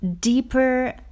deeper